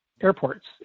airports